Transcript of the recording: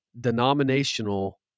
denominational